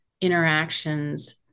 interactions